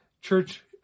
church